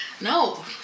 no